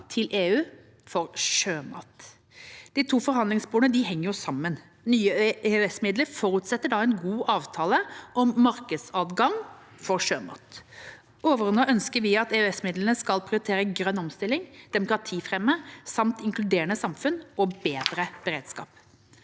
til EU for sjømat. De to forhandlingssporene henger sammen. Nye EØS-midler forutsetter en god avtale om markedsadgang for sjømat. Overordnet ønsker vi at EØS-midlene skal prioritere grønn omstilling, demokratifremme samt inkluderende samfunn og bedre beredskap.